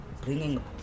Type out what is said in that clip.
bringing